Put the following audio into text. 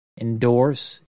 endorse